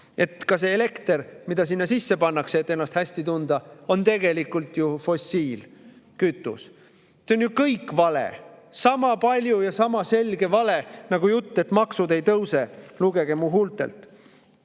on ka see elekter, mida sinna sisse pannakse, et ennast hästi tunda, tegelikult ju fossiilkütus. See on ju kõik vale! Sama selgelt vale jutt, nagu see, et maksud ei tõuse, lugege mu huultelt.